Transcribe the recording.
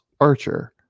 Archer